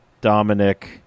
Dominic